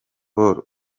paul